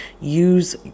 use